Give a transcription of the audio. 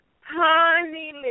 honey